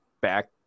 back